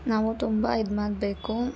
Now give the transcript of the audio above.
ನಾವು ತುಂಬಾ ಇದ್ಮಾಡ್ಬೇಕು